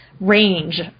range